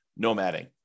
nomading